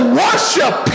worship